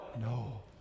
No